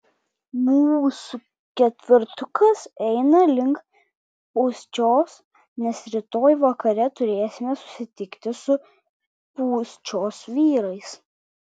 mūsų ketvertukas eina link pūščios nes rytoj vakare turėsime susitikti su pūščios vyrais